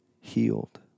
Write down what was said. healed